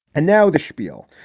and now the schpiel.